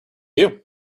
you